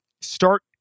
start